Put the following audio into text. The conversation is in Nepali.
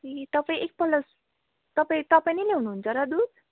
ए तपाईँ एकपल्ट तपाईँ तपाईँ नै ल्याउनु हुन्छ र दुध